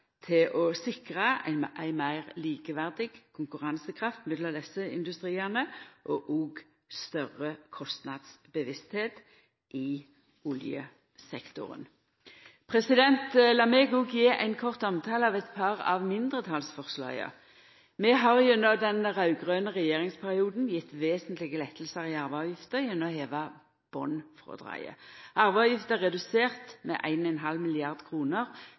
til å sikra ei meir likeverdig konkurransekraft mellom desse industriane, og òg til større bevisstheit om kostnadene i oljesektoren. Lat meg òg gje ein kort omtale av eit par av mindretalsforslaga. Vi har i den raud-grøne regjeringsperioden gjeve vesentlege lettar i arveavgifta gjennom å heva botnfrådraget. Arveavgifta er redusert med